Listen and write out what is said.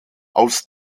aus